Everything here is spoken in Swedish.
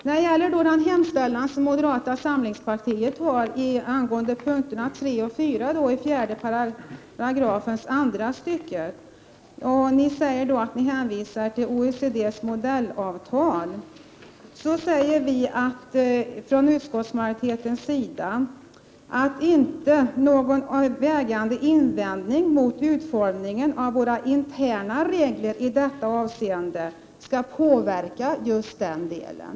Moderata samlingspartiet hänvisar till OECD:s modellavtal när det gäller den hemställan som görs angående 4 § andra stycket p. 3-4. Utskottsmajoriteten anför då att någon vägande invändning mot utformningen av våra interna regler i detta avseende inte skall påverka just den delen.